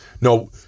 No